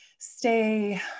Stay